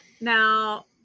Now